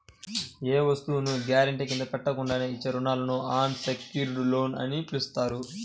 ఏ వస్తువును గ్యారెంటీ కింద పెట్టకుండానే ఇచ్చే రుణాలను అన్ సెక్యుర్డ్ లోన్లు అని పిలుస్తారు